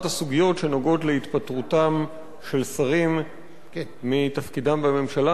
הסוגיות שנוגעות להתפטרותם של שרים מתפקידם בממשלה,